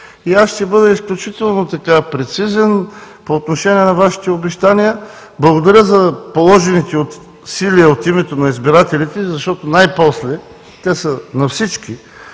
и аз ще бъда изключително прецизен по отношение на Вашите обещания. Благодаря за положените усилия от името на избирателите, защото те са на всички